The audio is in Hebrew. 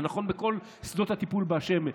זה נכון בכל שדות הטיפול באשר הם.